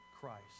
Christ